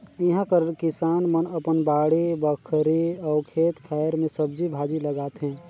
इहां कर किसान मन अपन बाड़ी बखरी अउ खेत खाएर में सब्जी भाजी लगाथें